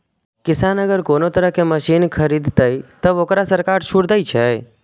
किसान अगर कोनो तरह के मशीन खरीद ते तय वोकरा सरकार छूट दे छे?